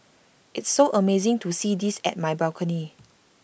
it's so amazing to see this at my balcony